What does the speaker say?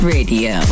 Radio